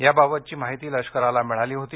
याबाबतची माहिती लष्कराला मिळाली होती